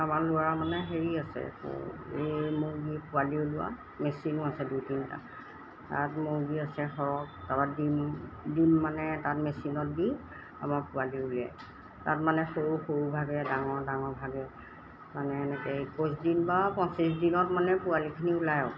আমাৰ ল'ৰাৰ মানে হেৰি আছে এই মুৰ্গী পোৱালি উলিওৱা মেচিনো আছে দুই তিনিটা তাত মুৰ্গী আছে সৰক তাৰপৰা ডিম ডিম মানে তাত মেচিনত দি আমাৰ পোৱালি উলিয়াই তাত মানে সৰু সৰু ভাগে ডাঙৰ ডাঙৰ ভাগে মানে এনেকৈ একৈছ দিন বা পঁচিছ দিনত মানে পোৱালিখিনি ওলাই আৰু